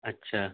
اچھا